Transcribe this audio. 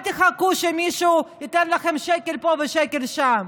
תחכו שמישהו ייתן לכם שקל פה ושקל שם.